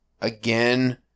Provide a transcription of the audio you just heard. again